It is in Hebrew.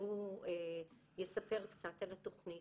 שהוא יספר קצת על התוכנית.